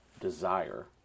desire